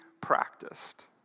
practiced